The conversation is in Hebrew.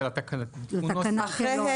זה לתקנה.